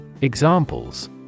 Examples